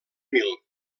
mil